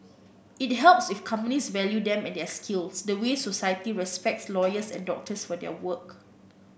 it helps if companies value them and their skills the way society respects lawyers and doctors for their work